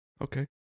Okay